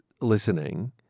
listening